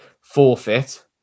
forfeit